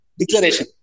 declaration